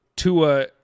Tua